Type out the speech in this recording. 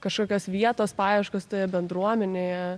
kažkokios vietos paieškos toje bendruomenėje